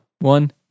One